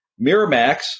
Miramax